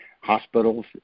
hospitals